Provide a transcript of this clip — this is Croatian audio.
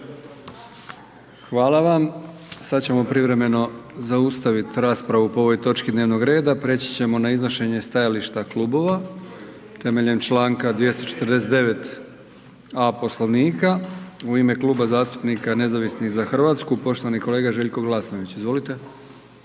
Hvala vam. Sada ćemo privremeno zaustaviti raspravu po ovoj točki dnevnog reda. Prijeći ćemo na iznošenje stajališta klubova temeljem članka 249.a Poslovnika. **Hajdaš Dončić, Siniša (SDP)** Hvala vam kolega Ćuraj možete